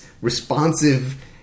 responsive